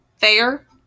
Fair